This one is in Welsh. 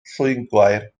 llwyngwair